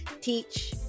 teach